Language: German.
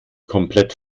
komplett